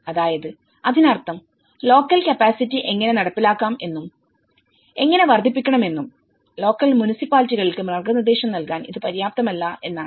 അതായത് അതിനർത്ഥം ലോക്കൽ കപ്പാസിറ്റിഎങ്ങനെ നടപ്പിലാക്കാം എന്നുംഎങ്ങനെ വർധിപ്പിക്കണമെന്നും ലോക്കൽ മുനിസിപ്പാലിറ്റികൾക്ക്മാർഗ്ഗനിർദ്ദേശം നൽകാൻ ഇത് പര്യാപ്തമല്ല എന്നാണ്